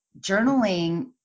journaling